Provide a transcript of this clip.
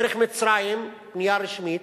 דרך מצרים, פנייה רשמית: